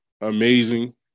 amazing